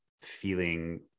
feeling